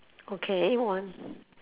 okay one